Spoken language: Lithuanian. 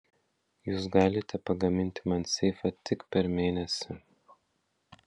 jūs galite pagaminti man seifą tik per mėnesį